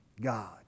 God